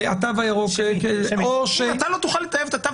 התו הירוק -- אם אתה לא תוכל לטייב את התו